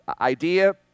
idea